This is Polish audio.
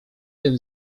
tym